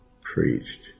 preached